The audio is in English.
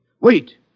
Wait